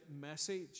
message